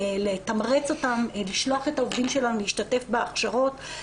לתמרץ אותם לשלוח את העובדים שלהם להשתתף בהכשרות,